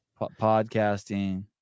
podcasting